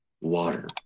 water